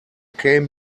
came